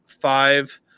five